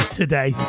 today